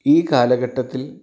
ഈ കാലഘട്ടത്തിൽ